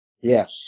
Yes